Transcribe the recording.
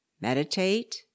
Meditate